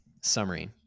summary